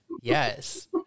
Yes